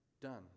done